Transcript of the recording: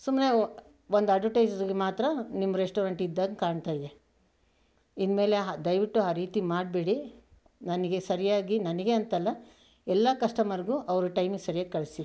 ಸುಮ್ಮನೆ ಒಂದು ಆಡ್ವರ್ಟೈಝಿಗೆ ಮಾತ್ರ ನಿಮ್ಮ ರೆಸ್ಟೋರೆಂಟ್ ಇದ್ದಂಗೆ ಕಾಣ್ತಾಯಿದೆ ಇನ್ಮೇಲೆ ದಯವಿಟ್ಟು ಆ ರೀತಿ ಮಾಡಬೇಡಿ ನನಗೆ ಸರಿಯಾಗಿ ನನಗೆ ಅಂತಲ್ಲ ಎಲ್ಲ ಕಸ್ಟಮರ್ಗೂ ಅವರು ಟೈಮಿಗೆ ಸರಿಯಾಗಿ ಕಳಿಸಿ